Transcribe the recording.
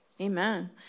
Amen